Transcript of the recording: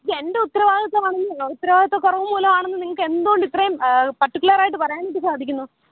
ഇതെൻ്റെ ഉത്തരവാദിത്വമാണെന്ന് ഉത്തരവാദിത്വക്കുറവ് മൂലമാണെന്ന് നിങ്ങൾക്കത് കൊണ്ടിത്രയും പർട്ടിക്കുലറായിട്ട് പറയാനായിട്ടു സാധിക്കുന്നു